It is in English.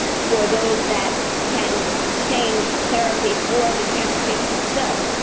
for those that can change therapy for the cancer patients themselves.